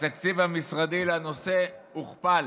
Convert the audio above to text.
התקציב המשרדי לנושא הוכפל.